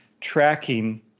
tracking –